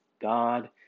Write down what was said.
God